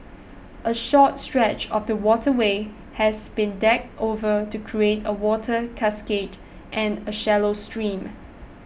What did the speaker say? a short stretch of the waterway has been decked over to create a water cascade and a shallow stream